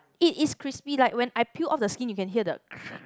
it is crispy like when I peel off the skin you can hear the